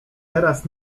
teraz